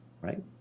right